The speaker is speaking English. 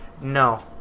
No